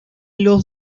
los